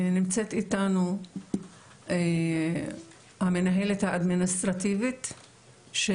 נמצאת איתנו המנהלת האדמיניסטרטיבית של,